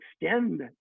extend